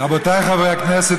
רבותיי חברי הכנסת,